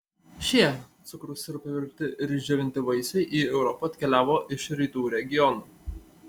šie cukraus sirupe virti ir išdžiovinti vaisiai į europą atkeliavo iš rytų regionų